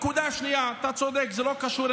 נקודה שנייה, אתה צודק, זה לא קשור.